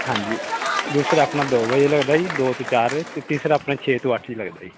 ਹਾਂਜੀ ਦੂਸਰਾ ਆਪਣਾ ਦੋ ਵਜੇ ਲੱਗਦਾ ਜੀ ਦੋ ਤੋਂ ਚਾਰ ਅਤੇ ਤੀਸਰਾ ਆਪਣੇ ਛੇ ਤੋਂ ਅੱਠ ਜੀ ਲੱਗਦਾ ਜੀ